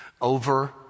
over